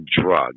drug